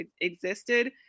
existed